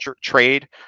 trade